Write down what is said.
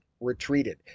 retreated